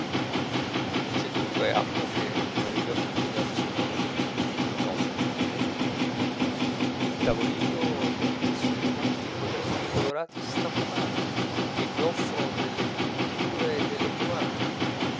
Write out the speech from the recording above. non c'è dunque altro che tener gli occhi inchiodati sul tavolino no nemmeno il tavolino è diviso in tanti quadretti colorati e stampati che vi offrono delle tinture e delle pomate